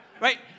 right